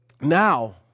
Now